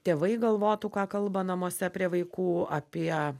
tėvai galvotų ką kalba namuose prie vaikų apie